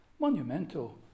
monumental